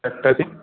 sector C